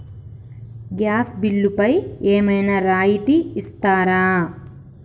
Gas బిల్లుపై ఏమైనా రాయితీ ఇస్తారా?